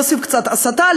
להוסיף קצת הסתה,